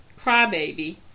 crybaby